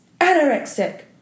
anorexic